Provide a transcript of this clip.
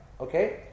okay